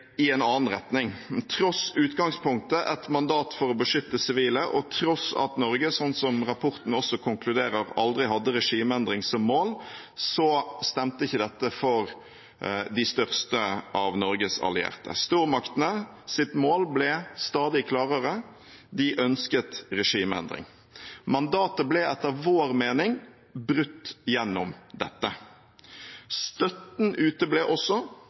i en annen retning. Tross utgangspunktet – et mandat for å beskytte sivile – og tross at Norge, slik rapporten også konkluderer, aldri hadde regimeendring som mål – stemte ikke dette for de største av Norges allierte. Stormaktenes mål ble stadig klarere: De ønsket regimeendring. Mandatet ble etter vår mening brutt gjennom dette. Støtten uteble også.